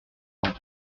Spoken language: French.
ans